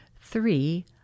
Three